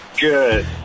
Good